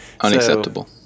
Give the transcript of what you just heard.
Unacceptable